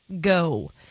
go